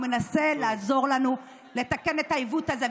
הוא מנסה לעזור לנו לתקן את העיוות הזה.